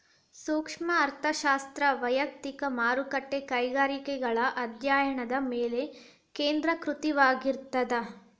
ಸೂಕ್ಷ್ಮ ಅರ್ಥಶಾಸ್ತ್ರ ವಯಕ್ತಿಕ ಮಾರುಕಟ್ಟೆ ಕೈಗಾರಿಕೆಗಳ ಅಧ್ಯಾಯನದ ಮೇಲೆ ಕೇಂದ್ರೇಕೃತವಾಗಿರ್ತದ